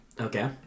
Okay